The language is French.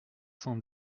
cent